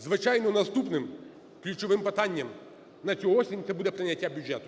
Звичайно, наступним ключовим питанням на цю осінь це буде прийняття бюджету.